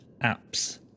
apps